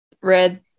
Red